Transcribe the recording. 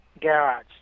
garage